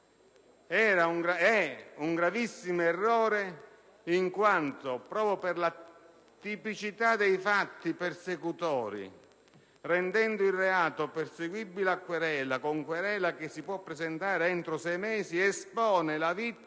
un gravissimo errore in quanto, proprio per la tipicità dei fatti persecutori, rendendo il reato perseguibile su querela, che si può presentare entro sei mesi, si espone ancor